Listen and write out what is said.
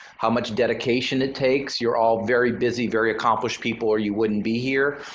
how much dedication it takes, you're all very busy, very accomplished people or you wouldn't be here.